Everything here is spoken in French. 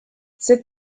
ces